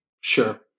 Sure